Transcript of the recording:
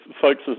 folks